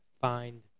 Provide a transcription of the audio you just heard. find